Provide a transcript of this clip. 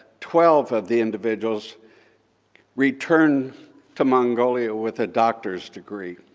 twelve of the individuals returned to mongolia with a doctor's degree.